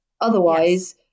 Otherwise